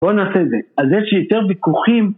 בואו נעשה את זה, אז יש לי יותר ויכוחים